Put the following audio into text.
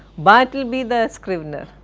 bartleby, the scrivener.